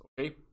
okay